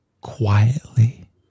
quietly